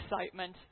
excitement